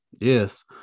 Yes